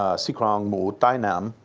ah sii khrong muu tai naam,